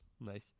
Nice